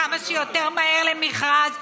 תצאו כמה שיותר מהר למכרז.